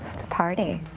it's a party.